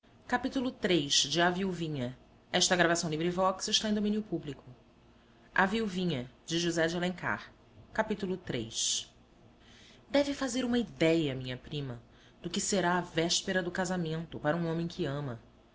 quarto de sua noiva era a estrela do seu amor que brevemente devia transformar-se em lua-de-mel deve fazer uma idéia minha prima do que será a véspera do casamento para um homem que ama